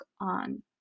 on